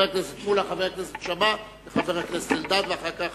הכנסת אלדד, ואחר כך